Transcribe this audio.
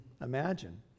imagine